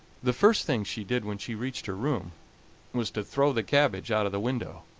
the first thing she did when she reached her room was to throw the cabbage out of the window.